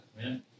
man